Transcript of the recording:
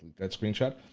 that screenshot,